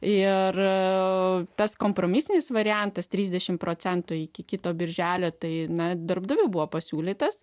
ir tas kompromisinis variantas trisdešimt procentų iki kito birželio tai ne darbdavių buvo pasiūlytas